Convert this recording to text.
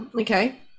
Okay